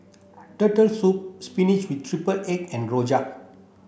Turtle soup spinach with triple egg and rojak